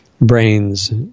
brains